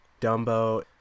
Dumbo